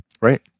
Right